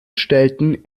stellten